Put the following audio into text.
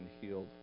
healed